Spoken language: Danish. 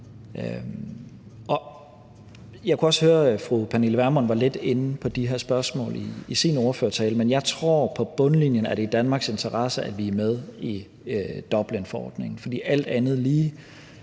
Jeg kunne også høre fru Pernille Vermund var lidt inde på de her spørgsmål i sin ordførertale, men jeg tror på bundlinjen, at det er i Danmarks interesse, at vi er med i Dublinforordningen, for alt andet lige,